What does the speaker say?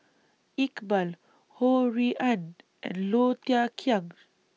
Iqbal Ho Rui An and Low Thia Khiang